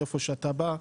מאיפה שאתה בא.